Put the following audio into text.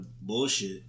bullshit